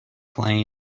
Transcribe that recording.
plane